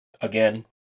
again